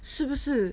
是不是